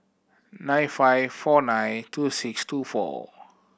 nine five four nine two six two four